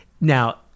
Now